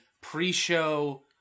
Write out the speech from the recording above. pre-show